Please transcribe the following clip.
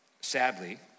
Sadly